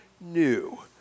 new